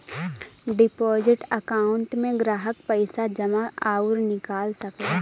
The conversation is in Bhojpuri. डिपोजिट अकांउट में ग्राहक पइसा जमा आउर निकाल सकला